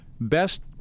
best